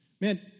Man